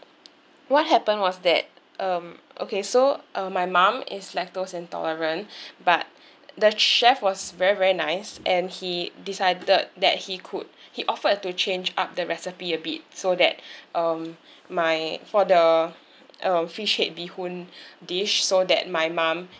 what happened was that um okay so uh my mum is lactose intolerant but the chef was very very nice and he decided that he could he offered to change up the recipe a bit so that um my for the uh fish head bee hoon dish so that my mum